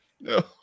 No